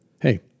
hey